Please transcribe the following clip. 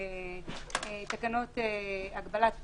תקנות הגבלת פעילות,